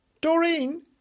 Doreen